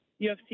UFC